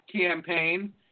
campaign